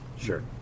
Sure